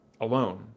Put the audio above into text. alone